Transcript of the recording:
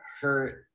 hurt